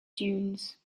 dunes